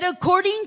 According